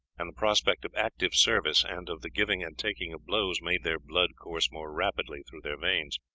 and the prospect of active service and of the giving and taking of blows made their blood course more rapidly through their veins.